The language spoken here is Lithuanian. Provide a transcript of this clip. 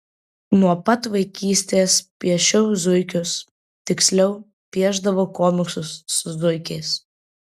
nuo pat vaikystės piešiau zuikius tiksliau piešdavau komiksus su zuikiais